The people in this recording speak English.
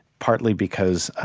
partly because,